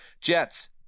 Jets